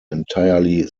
entirely